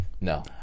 No